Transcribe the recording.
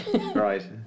Right